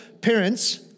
Parents